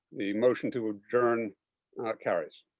the motion to adjourn carries.